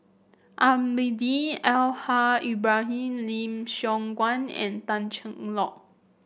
Almahdi Al Haj Ibrahim Lim Siong Guan and Tan Cheng Lock